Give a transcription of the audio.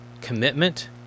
commitment